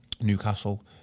Newcastle